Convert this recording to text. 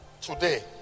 today